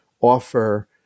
offer